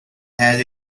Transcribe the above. has